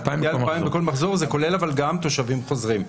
זה כולל גם תושבים חוזרים,